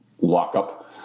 lockup